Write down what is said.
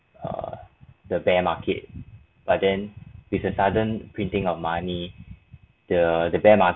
err the bear market but then with a sudden printing of money the the bear market